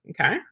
Okay